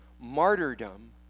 martyrdom